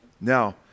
Now